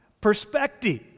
Perspective